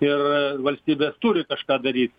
ir valstybės turi kažką daryt